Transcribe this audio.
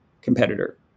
competitor